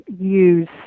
use